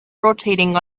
rotating